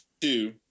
two